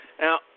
Now